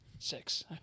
six